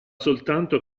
soltanto